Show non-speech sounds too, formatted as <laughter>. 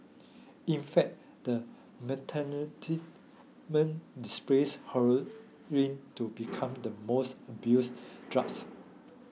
in fact the <unintelligible> displaced heroin to become the most abused drugs